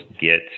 get